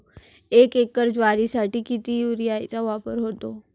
एक एकर ज्वारीसाठी किती युरियाचा वापर होतो?